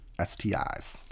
STIs